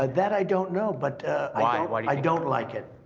that, i don't know, but i like i don't like it.